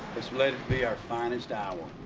this will and be our finest hour.